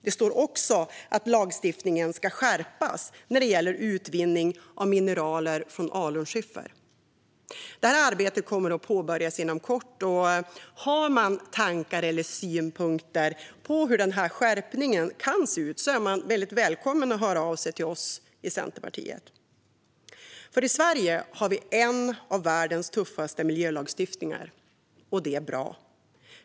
Det står också att lagstiftningen ska skärpas när det gäller utvinning av mineraler från alunskiffer. Detta arbete kommer att påbörjas inom kort, och om man har tankar eller synpunkter på hur denna skärpning kan se ut är man välkommen att höra av sig till oss i Centerpartiet. I Sverige har vi en av världens tuffaste miljölagstiftningar, och det är bra.